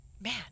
Man